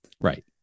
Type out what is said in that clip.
right